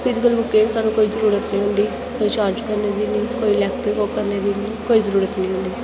physical बुक्कें दी सानूं कोई जरुरत नेईं होंदी कोई चार्ज करने दी निं कोई इलैक्ट्रिक करने दी निं कोई जरुरत निं होंदी